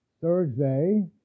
Thursday